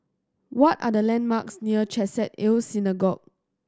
what are the landmarks near Chesed El Synagogue